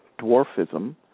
dwarfism